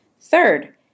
Third